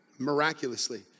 miraculously